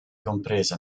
compresa